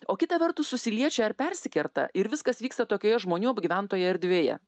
o kita vertus susiliečia ar persikerta ir viskas vyksta tokioje žmonių apgyventoje erdvėje